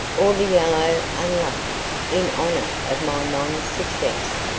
or the yellow unluckii in honour of my non-success.